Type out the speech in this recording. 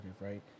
right